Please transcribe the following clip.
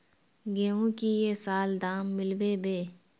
गेंहू की ये साल दाम मिलबे बे?